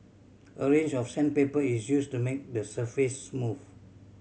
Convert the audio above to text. a range of sandpaper is used to make the surface smooth